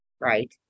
right